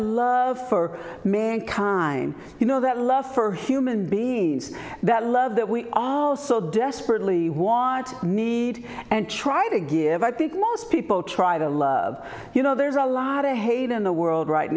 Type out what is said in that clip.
love for mankind you know that love for are human beings that love that we all so desperately want need and try to give i think most people try to love you know there's a lot to hate in the world right